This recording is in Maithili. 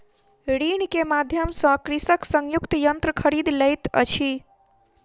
ऋण के माध्यम सॅ कृषक संयुक्तक यन्त्र खरीद लैत अछि